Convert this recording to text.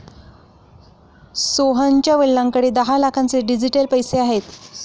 सोहनच्या वडिलांकडे दहा लाखांचे डिजिटल पैसे आहेत